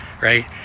right